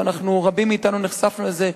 ורבים מאתנו נחשפנו לזה,